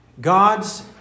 God's